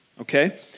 okay